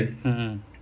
a'ah